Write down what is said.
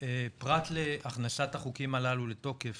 פרט להכנסת החוקים הללו לתוקף